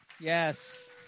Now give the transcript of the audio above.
Yes